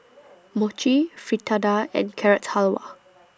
Mochi Fritada and Carrot Halwa